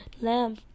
lamb